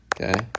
Okay